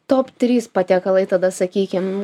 top trys patiekalai tada sakykim